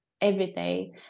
everyday